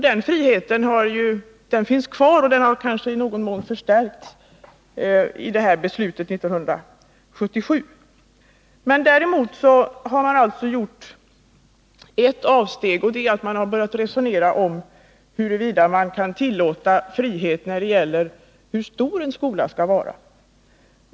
Den friheten finns kvar och har kanske i någon mån förstärkts genom beslutet 1977. Ett avsteg har man dock gjort: man har börjat resonera om huruvida man skall tillåta en skola att avgöra hur stor den skall vara.